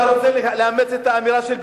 אתה רוצה לאמץ את האמירה של בן-אהרון,